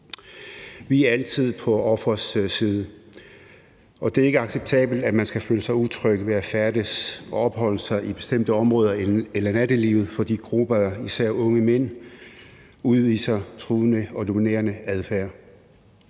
Vi er altid på ofrenes side, og det er ikke acceptabelt, at man skal føle sig utryg ved at færdes og opholde sig i bestemte områder eller i nattelivet, fordi grupper af især unge mænd udviser truende og dominerende adfærd.